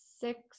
six